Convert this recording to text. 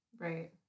Right